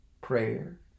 prayer